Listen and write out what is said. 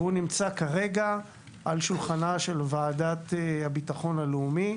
והוא נמצא כרגע על שולחנה של ועדת הביטחון הלאומי